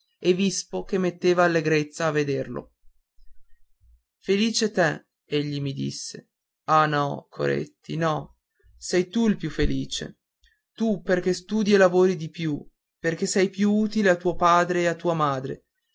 e vispo che metteva allegrezza a vederlo felice te egli mi disse ah no coretti no sei tu il più felice tu perché studi e lavori di più perché sei più utile a tuo padre e a tua madre